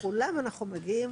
לכולם אנחנו מגיעים,